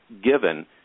given